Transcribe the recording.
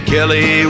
Kelly